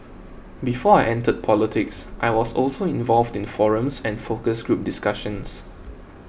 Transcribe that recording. before I entered politics I was also involved in forums and focus group discussions